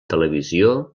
televisió